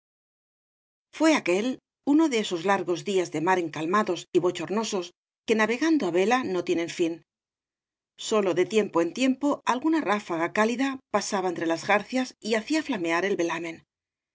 ué aquél uno de esos largos días de mar encalmados y bochornosos que navegando á vela no tienen fin sólo de tiempo en tiempo alguna ráfaga cálida pasaba entre las jarcias y hacía flamear el velamen